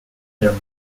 their